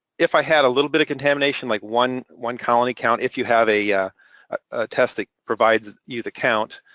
if i had a little bit of contamination, like one one colony count, if you have a test that provides you the count,